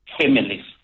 families